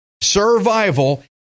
Survival